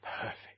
perfect